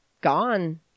gone